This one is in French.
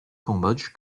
cambodge